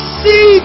see